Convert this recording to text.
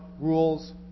rules